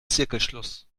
zirkelschluss